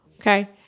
Okay